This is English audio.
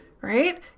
right